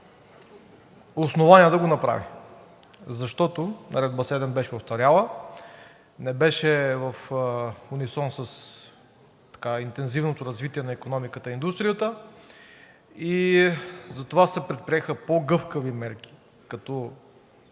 основания да го направи. Наредба № 7 беше остаряла, не беше в унисон с интензивното развитие на икономиката и индустрията и затова се предприеха по-гъвкави мерки, като